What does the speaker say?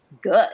good